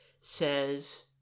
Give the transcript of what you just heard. says